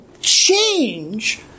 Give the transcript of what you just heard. change